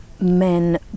men